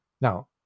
Now